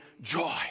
joy